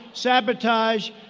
sabotage.